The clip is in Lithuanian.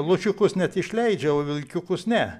lūšiukus net išleidžia o vilkiukus ne